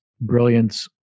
brilliance